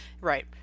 Right